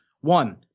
one